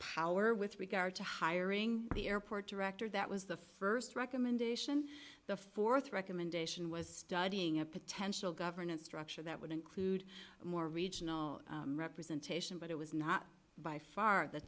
power with regard to hiring the airport director that was the first recommendation the fourth recommendation was studying a potential governance structure that would include more regional representation but it was not by far the